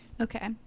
Okay